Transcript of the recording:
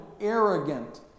arrogant